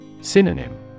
Synonym